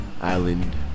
Island